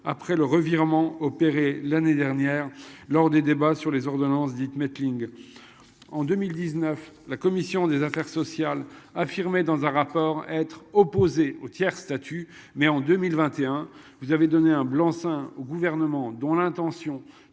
après le revirement opéré l'année dernière lors des débats sur les ordonnances dites Mettling. En 2019, la commission des affaires sociales a affirmé dans un rapport être opposé au tiers statut mais en 2021, vous avez donné un blanc-seing au gouvernement dont l'intention